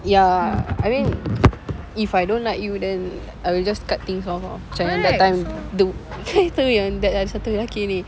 ya I mean if I don't like you then I will just cut things orh macam yang that time the kan I told you yang ada satu lelaki ni